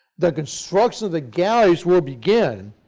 the construction of the gallows will begin